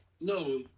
No